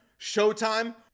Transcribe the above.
Showtime